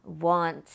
want